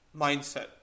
mindset